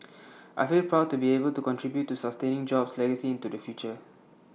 I feel proud to be able to contribute to sustaining jobs' legacy into the future